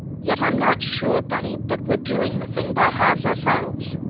yet i'm not sure, bunny, but we're doing the thing by halves ourselves!